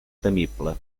temible